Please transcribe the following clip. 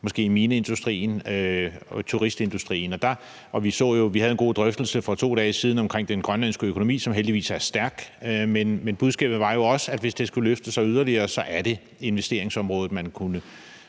måske i mineindustrien og i turistindustrien. Vi havde en god drøftelse for 2 dage siden omkring den grønlandske økonomi, som heldigvis er stærk, men budskabet var jo også, at hvis den skulle løfte sig yderligere, er det investeringsområdet, man får